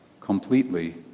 completely